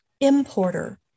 importer